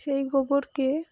সেই গোবরকে